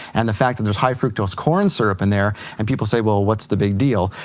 and the fact that there's high fructose corn syrup in there, and people say, well what's the big deal?